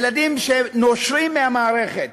ילדים שנושרים מהמערכת.